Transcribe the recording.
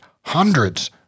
hundreds